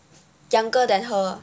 younger than her